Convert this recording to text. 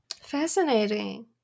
Fascinating